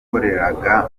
rwanda